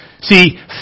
See